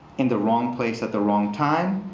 in the wrong place at the wrong time.